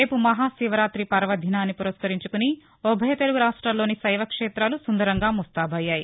రేపు మహా శివరాతి పర్వ దినాన్ని పురస్కరించుకొని ఉభయ తెలుగు రాష్మాలోని శైవ క్షేతాలు సుందరంగా ముస్తాబయ్యాయి